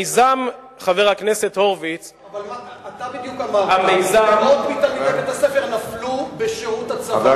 אבל אתה בדיוק אמרת שמאות מתלמידי בית-הספר נפלו בשירות הצבא.